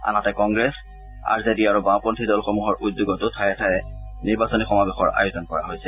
আনহাতে Congress R J D আৰু বাওঁপন্থী দলসমূহৰ উদ্যোগতো আজি ঠায়ে ঠায়ে নিৰ্বাচনী সমাৱেশৰ আয়োজন কৰা হৈছে